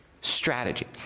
strategy